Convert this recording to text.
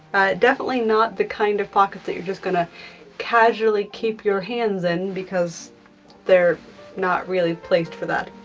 definitely not the kind of pocket that you're just gonna casually keep your hands in because they're not really placed for that,